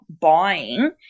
buying